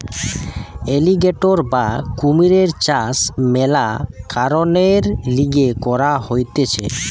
alligator বা কুমিরের চাষ মেলা কারণের লিগে করা হতিছে